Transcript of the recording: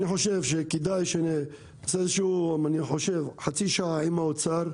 אני חושב שכדאי שנצא לחצי שעה עם האוצר,